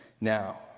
now